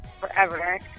forever